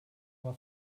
war